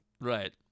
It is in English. Right